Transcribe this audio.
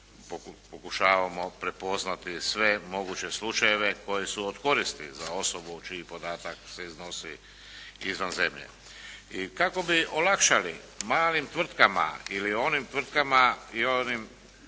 pokušavamo prepoznati sve moguće slučajeve koji su od koristi za osobu čiji podatak se iznosi izvan zemlje. Kako bi olakšali malim tvrtkama ili onim tvrtkama i onim